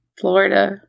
Florida